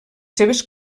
seves